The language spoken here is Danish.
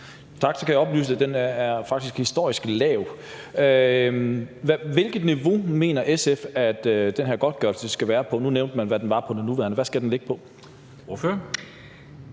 Tak. Så kan jeg oplyse, at den faktisk er historisk lav. Hvilket niveau mener SF at den her godtgørelse skal være på? Nu nævnte man, hvad den nuværende var på. Hvad skal den ligge på? Kl.